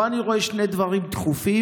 פה אני רואה שני דברים דחופים,